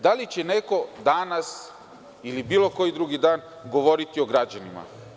Da li će neko danas ili bilo koji drugi dan govoriti o građanima?